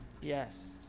Yes